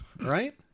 right